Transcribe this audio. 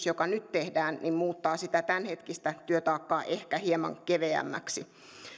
joka nyt tehdään muuttaa tämänhetkistä työtaakkaa ehkä hieman keveämmäksi